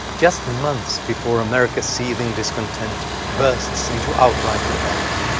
just months before america's seething discontent bursts into outright rebellion,